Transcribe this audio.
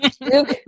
Luke